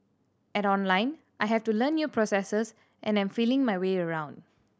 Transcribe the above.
at Online I have to learn new processes and am feeling my way around